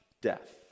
death